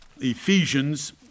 Ephesians